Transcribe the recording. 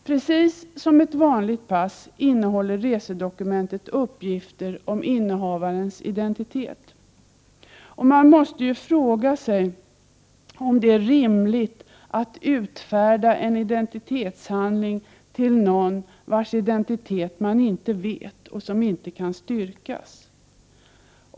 Precis som ett vanligt pass innehåller resedokumentet uppgifter om innehavarens identitet. Man måste ju fråga sig om det är rimligt att utfärda en identitetshandling till någon vars identitet är obekant eller inte kan styrkas.